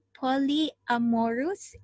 polyamorous